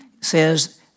says